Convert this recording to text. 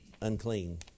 unclean